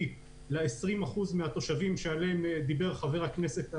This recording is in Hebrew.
ל-20 אחוזים מהתושבים עליהם דיבר חבר הכנסת המכובד.